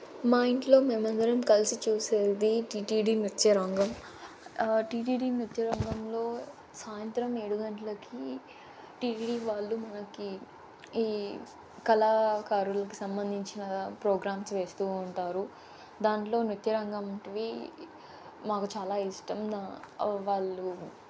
మా ఇంట్లో మేమందరం కలిసి చూసేది టీటీడీ మిర్చీ రంగం టీటీడీ మిర్చీ రంగంలో సాయంత్రం ఏడు గంటలకి టీటీడీ వాళ్ళు మనకి ఈ కళాకారులకి సంబంధించిన ప్రోగ్రామ్స్ వేస్తూ ఉంటారు దాంట్లో నృత్య రంగంటివి మాకు చాలా ఇష్టం నా అవి వాళ్ళు